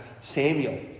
Samuel